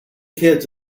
kids